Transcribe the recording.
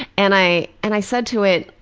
and i and i said to it,